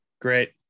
Great